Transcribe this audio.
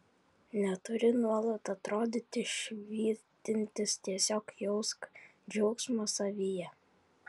neturi nuolat atrodyti švytintis tiesiog jausk džiaugsmą savyje